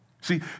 See